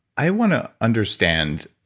i want to understand,